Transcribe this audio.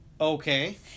Okay